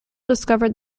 discovered